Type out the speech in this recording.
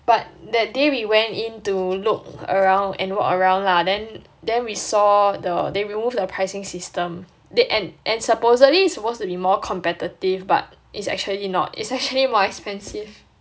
but that day we went in to look around and walk around lah then then we saw the they remove the pricing system then th~ and and supposedly it's supposed to be more competitive but is actually not it's actually more expensive